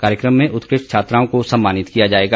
कार्यक्रम में उत्कृष्ट छात्राओं को सम्मानित किया जाएगा